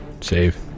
save